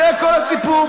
זה כל הסיפור.